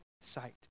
sight